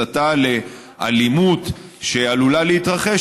הסתה לאלימות שעלולה להתרחש,